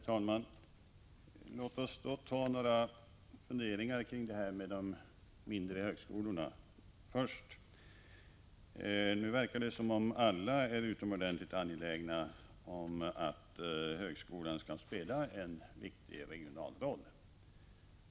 Herr talman! Låt oss då ta oss några funderare kring de mindre högskolorna. Nu verkar det som om alla vore utomordentligt angelägna om att högskolan skall spela en viktig regional roll.